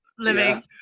living